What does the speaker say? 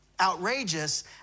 Outrageous